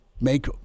make